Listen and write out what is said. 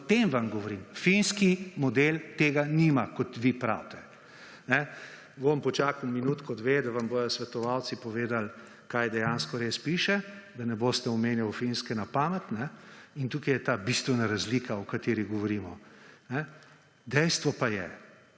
In o tem vam govorim. Finski model tega nima, kot vi pravite. Bom počakal minutko, dve, da vam bodo svetovalci povedali, kaj dejansko res piše, da ne boste omenjali Finske na pamet. In tukaj je ta bistvena razlika, o kateri govorimo. Dejstvo pa je,